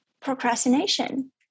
procrastination